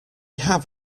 have